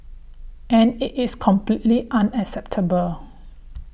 and it is completely unacceptable